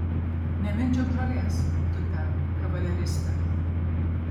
nemindžiok žolės tu ten kavaleriste